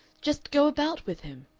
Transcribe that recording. just go about with him.